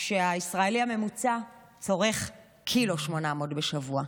כשהישראלי הממוצע צורך 1.800 קילו בשבוע.